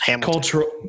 cultural